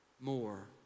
more